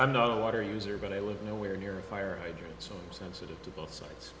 i'm no water user but i live nowhere near a fire hydrant so sensitive to both sides